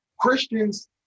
Christians